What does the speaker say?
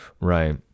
Right